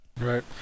Right